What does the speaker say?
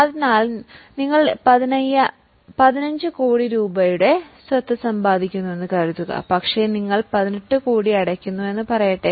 അതിനാൽ നിങ്ങൾ 15 കോടി രൂപയുടെ സ്വത്ത് സമ്പാദിക്കുന്നുവെന്ന് കരുതുക പക്ഷേ നിങ്ങൾ 18 കോടി അടയ്ക്കുന്നുവെന്ന് പറയട്ടെ